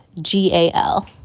G-A-L